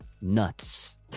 Nuts